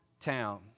town